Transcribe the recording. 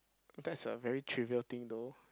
that's a very trivial thing though